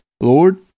Lord